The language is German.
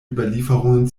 überlieferungen